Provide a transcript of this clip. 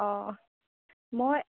অঁ মই